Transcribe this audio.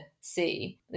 see